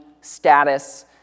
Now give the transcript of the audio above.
status